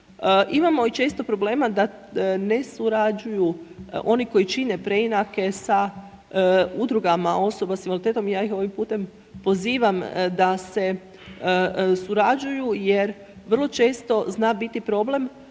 Imamo i često problema da ne surađuju oni koji čine preinake sa Udrugama osoba s invaliditetom, ja ih ovim putem pozivam da se surađuju jer vrlo često zna biti problem